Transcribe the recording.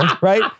right